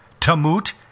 Tamut